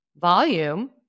volume